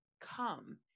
come